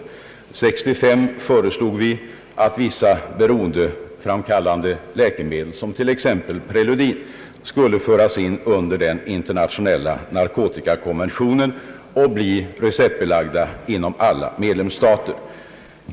1965 föreslog vi att vissa beroendeframkallande läkemedel, t.ex. preludin, skulle föras in under den in ternationella narkotikakonventionen och receptbeläggas inom alla medlemsstater.